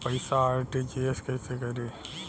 पैसा आर.टी.जी.एस कैसे करी?